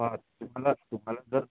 पाच तुम्हाला तुम्हाला जर